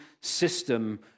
system